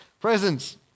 Presents